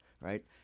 right